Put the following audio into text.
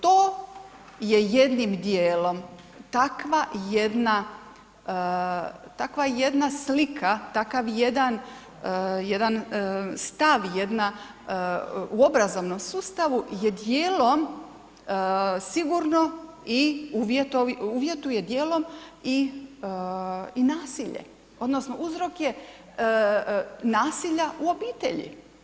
To je jednim dijelom takva jedna, takva jedna slika, takav jedan stav, jedna u obrazovnom sustavu je dijelom sigurno i uvjetuje dijelom i nasilje odnosno uzrok je nasilja u obitelji.